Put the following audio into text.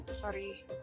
Sorry